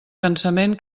cansament